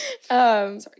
Sorry